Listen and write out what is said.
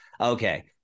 okay